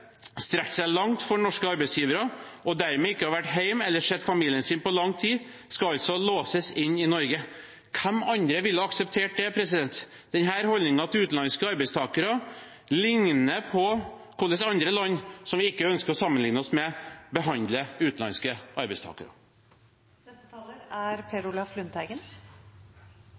seg langt for norske arbeidsgivere og dermed ikke har vært hjemme eller sett familien sin på lang tid, skal altså låses inne i Norge. Hvem andre ville ha akseptert det? Denne holdningen til utenlandske arbeidstakere ligner på hvordan andre land som vi ikke ønsker å sammenligne oss med, behandler utenlandske arbeidstakere. Det er